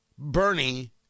bernie